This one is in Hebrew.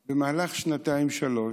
במהלך שנתיים-שלוש